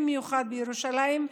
ובמיוחד בירושלים,